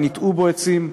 וניטעו בו עצים.